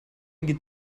einen